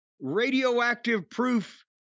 radioactive-proof